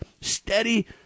steady